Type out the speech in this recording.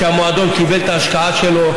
כשהמועדון קיבל את ההשקעה שלו,